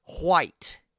white